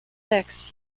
decks